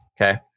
Okay